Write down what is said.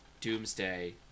Doomsday